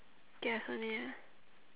guess only